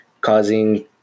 Causing